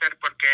porque